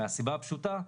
מהסיבה הפשוטה,